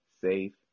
safe